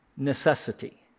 Necessity